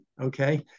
okay